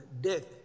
death